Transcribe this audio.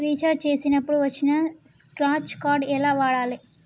Recharge చేసినప్పుడు వచ్చిన scratch card ఎలా వాడాలి?